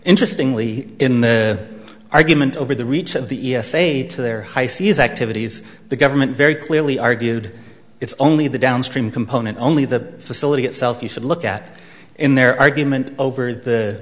interestingly in the argument over the reach of the e s a to their high seas activities the government very clearly argued it's only the downstream component only the facility itself you should look at in their argument over